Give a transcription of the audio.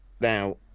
Now